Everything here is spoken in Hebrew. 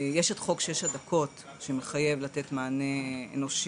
יש את חוק שש הדקות שמחייב לתת מענה אנושי,